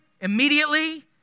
immediately